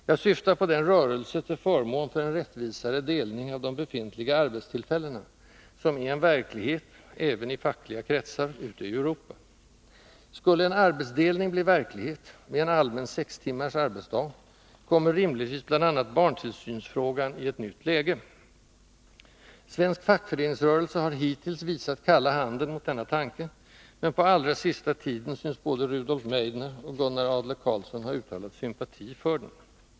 Jag syftar på den rörelse till förmån för en rättvisare delning av de befintliga arbetstillfällena, som är en verklighet — även i fackliga kretsar — ute i Europa. Skulle en arbetsdelning bli verklighet, med en allmän sextimmars arbetsdag, kommer rimligtvis bl.a. barntillsynsfrågan i ett nytt läge. Svensk fackföreningsrörelse har hittills visat sådana förslag kalla handen, men på allra sista tiden synes både Rudolf Meidner och Gunnar Adler Karlsson ha uttalat sympati för dem.